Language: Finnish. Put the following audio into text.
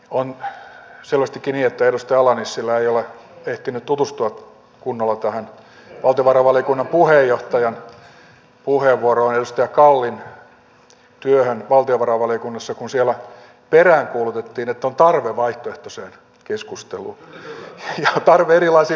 on selvästikin niin että edustaja ala nissilä ei ole ehtinyt tutustua kunnolla tähän valtiovarainvaliokunnan puheenjohtajan puheenvuoroon edustaja kallin työhön valtiovarainvaliokunnassa kun siellä peräänkuulutettiin että on tarve vaihtoehtoiseen keskusteluun ja tarve erilaisiin pohdintoihin